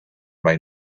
may